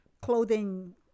clothing